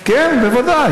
כן, בוודאי.